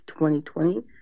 2020